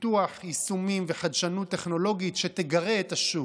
פיתוח יישומים וחדשנות טכנולוגית שתגרה את השוק,